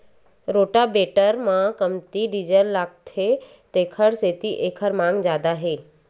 rotavator म कमती diesel लागथे तेखर सेती एखर मांग जादा हे